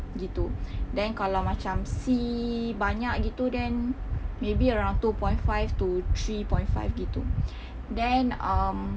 gitu then kalau macam C banyak gitu then maybe around two point five to three point five gitu then um